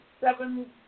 seven